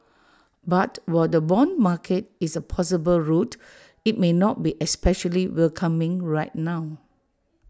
but while the Bond market is A possible route IT may not be especially welcoming right now